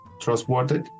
trustworthy